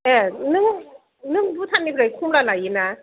ए नों नों भुटाननिफ्राय कमला लायो ना